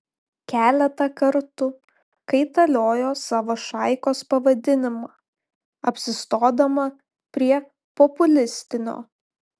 keletą kartų kaitaliojo savo šaikos pavadinimą apsistodama prie populistinio